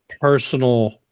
personal